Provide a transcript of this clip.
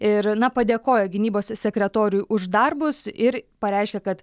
ir na padėkojo gynybos sekretoriui už darbus ir pareiškė kad